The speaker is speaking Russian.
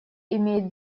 имеет